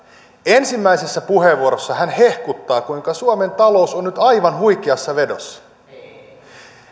ensimmäisessä puheenvuorossa hän hehkuttaa kuinka suomen talous on nyt aivan huikeassa vedossa